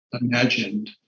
imagined